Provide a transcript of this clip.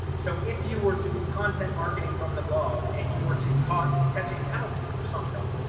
so if you were to be content marketing from the blog, and you were to caught catch a penalty for something,